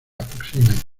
aproximen